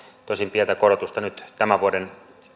tosin pientä korotusta nyt tämän vuoden